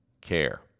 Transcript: care